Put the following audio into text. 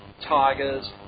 tigers